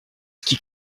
qui